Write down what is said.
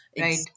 right